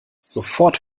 sofort